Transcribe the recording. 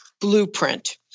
blueprint